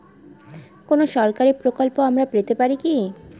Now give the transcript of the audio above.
কোন সরকারি প্রকল্প আমরা পেতে পারি কি?